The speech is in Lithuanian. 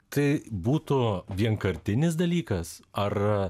tai būtų vienkartinis dalykas ar